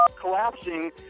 collapsing